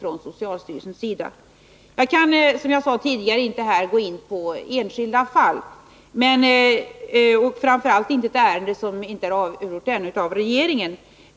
Som jag sade tidigare kan jag inte gå in på enskilda fall, framför allt inte när det gäller ett ärende som ännu inte är avgjort av regeringen.